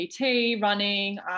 running